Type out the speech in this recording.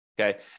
okay